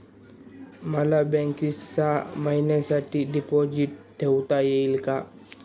मला बँकेत सहा महिन्यांसाठी डिपॉझिट ठेवता येईल का?